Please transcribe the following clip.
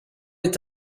est